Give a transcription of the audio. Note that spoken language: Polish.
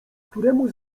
któremu